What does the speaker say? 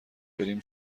بریم